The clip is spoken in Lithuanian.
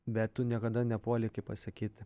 bet tu niekada nepuoli kaip pasakyt